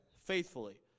faithfully